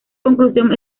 conclusión